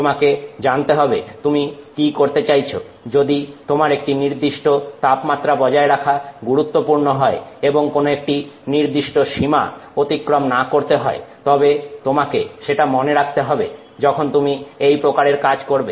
তোমাকে জানতে হবে তুমি কি করতে চাচ্ছ যদি তোমার একটি নির্দিষ্ট তাপমাত্রা বজায় রাখা গুরুত্বপূর্ণ হয় এবং কোন একটি নির্দিষ্ট সীমা অতিক্রম না করতে হয় তবে তোমাকে সেটা মনে রাখতে হবে যখন তুমি এই প্রকারের কাজ করবে